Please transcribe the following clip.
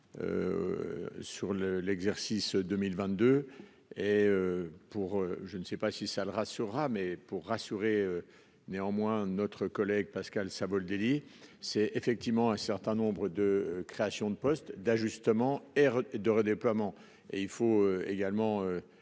le l'exercice 2022 et. Pour je ne sais pas si ça rassurera mais pour rassurer. Néanmoins, notre collègue Pascal Savoldelli, c'est effectivement un certain nombre de créations de postes d'ajustement et de redéploiement et il faut également